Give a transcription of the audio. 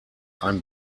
ein